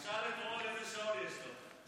אמסלם, תשאל את רון איזה שעון יש לו.